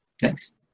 thanks